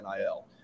NIL